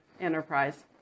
Enterprise